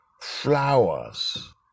flowers